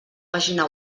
pàgina